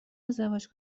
ازدواج